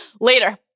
Later